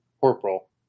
corporal